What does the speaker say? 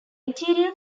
interior